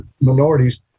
minorities